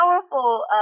powerful